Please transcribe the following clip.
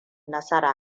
nasara